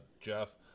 jeff